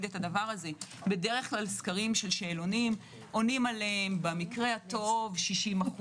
בדרך כלל סקרים של שאלונים עונים עליהם במקרה הטוב 60%,